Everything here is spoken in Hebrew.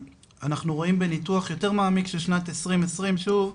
אנחנו רואים בניתוח יותר מעמיק של שנת 2020, שוב,